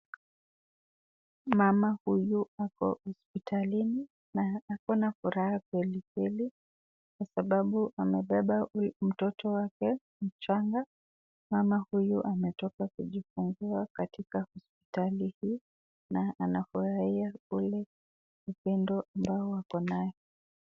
Mama huyu ako hospitalini na ako na furaha kweli kweli kwa sababu amebeba huyu mtoto wake mchanga na mama huyu ametoka kujifungua katika hospitali hii na anafurahia ule upendo ambao ako nao.